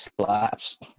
slaps